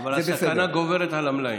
אבל הסכנה גוברת על המלאים.